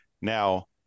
now